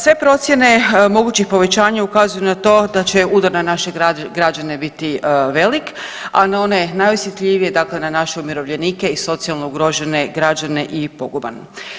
Sve procijene mogućih povećanja ukazuju na to da će udar na naše građane biti velik, a na one najosjetljivije, dakle na naše umirovljenike i socijalno ugrožene građane i poguban.